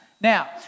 Now